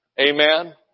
Amen